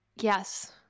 Yes